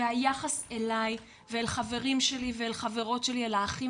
והיחס אלי ואל חברים שלי ואל חברות שלי אל האחים